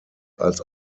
als